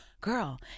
girl